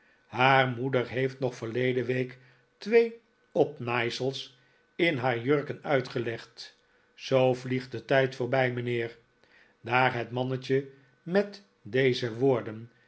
haar moeder heeft nog verleden week twee opnaaisels in haar jurken uitgelegd zoo vliegt de tijd voorbij mijnheer daar het mannetje met deze woorden